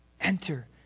Enter